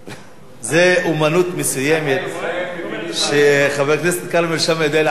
זו אמנות מסוימת שחבר הכנסת כרמל שאמה יודע לעשות היטב.